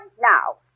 Now